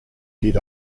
did